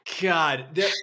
God